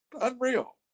unreal